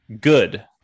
good